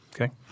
okay